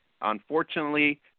Unfortunately